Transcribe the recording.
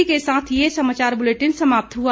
इसी के साथ ये समाचार बुलेटिन समाप्त हुआ